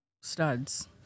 studs